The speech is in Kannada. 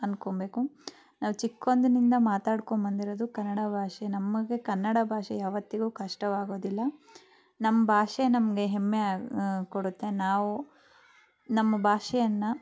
ಅಂದ್ಕೊಂಬೇಕು ನಾವು ಚಿಕ್ಕಂದಿನಿಂದ ಮಾತಾಡ್ಕೊಂಡ್ಬದಿರೋದು ಕನ್ನಡ ಭಾಷೆ ನಮಗೆ ಕನ್ನಡ ಭಾಷೆ ಯಾವತ್ತಿಗೂ ಕಷ್ಟವಾಗುವುದಿಲ್ಲ ನಮ್ಮ ಭಾಷೆ ನಮಗೆ ಹೆಮ್ಮೆ ಆಗಿ ಕೊಡುತ್ತೆ ನಾವು ನಮ್ಮ ಭಾಷೆಯನ್ನು